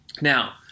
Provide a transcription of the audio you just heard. Now